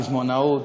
פזמונאות.